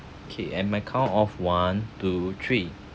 okay and my count off one two three